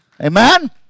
Amen